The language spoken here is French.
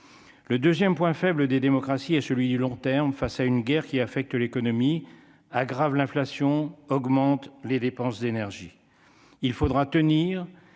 le 2ème, point faible des démocraties et celui du long terme face à une guerre qui affecte l'économie aggrave l'inflation augmente les dépenses d'énergies, il faudra tenir